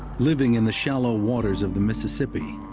living in the shallow waters of the mississippi,